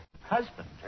husband